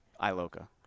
Iloka